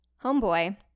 homeboy